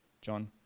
John